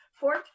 four